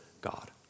God